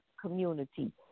community